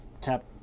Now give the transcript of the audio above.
tap